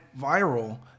viral